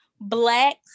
Black